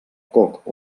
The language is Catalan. coc